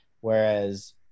Whereas